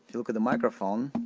look at the microphone